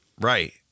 Right